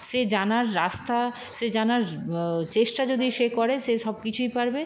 সে জানার রাস্তা সে জানার চেষ্টা যদি সে করে সে সব কিছুই পারবে